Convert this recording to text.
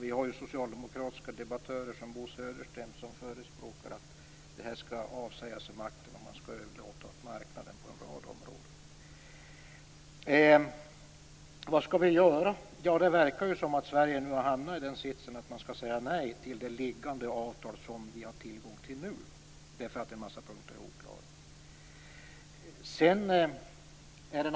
Vi har ju socialdemokratiska debattörer, som Bo Södersten, som förespråkar att vi skall avsäga oss makten och överlåta åt marknaden att bestämma på en rad områden. Vad skall vi göra? Det verkar som om Sverige nu har hamnat i den sitsen att man skall säga nej till det förslag till avtal som vi har tillgång till nu, därför att en mängd punkter är oklara.